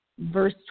Verse